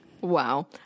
Wow